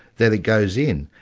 that it goes in,